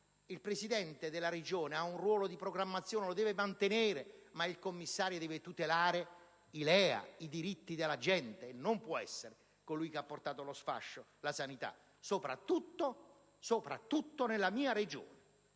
Il presidente della Regione ha un ruolo di programmazione e deve mantenerlo, ma il commissario deve tutelare i LEA, i diritti della gente, non può essere colui che ha portato allo sfascio la sanità, soprattutto nella mia Regione,